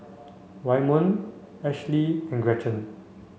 Waymon Ashely and Gretchen